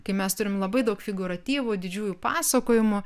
kai mes turim labai daug figūratyvų didžiųjų pasakojimų